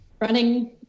running